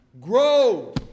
Grow